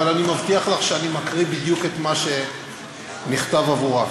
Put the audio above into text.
אבל אני מבטיח לך שאני מקריא בדיוק מה שנכתב עבורה.